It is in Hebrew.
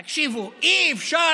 תקשיבו, אי-אפשר